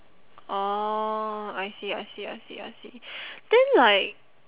orh I see I see I see I see then like